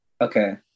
Okay